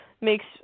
makes